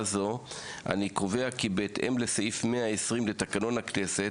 זו אני קובע כי בהתאם לסעיף 120 לתקנון הכנסת,